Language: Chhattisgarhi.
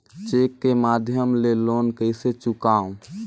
चेक के माध्यम ले लोन कइसे चुकांव?